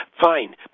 fine